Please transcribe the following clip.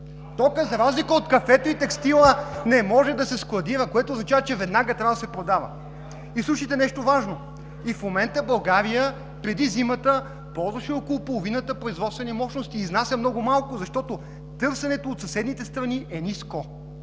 Токът, за разлика от кафето и текстила, не може да се складира, което означава, че веднага трябва да се продава. Слушайте нещо важно: и в момента България, преди зимата, ползваше около половината производствени мощности и изнася много малко, защото търсенето от съседните страни е ниско.